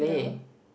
the